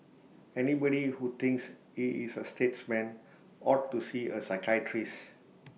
anybody who thinks he is A statesman ought to see A psychiatrist